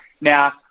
Now